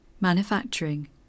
manufacturing